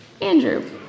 Andrew